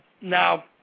Now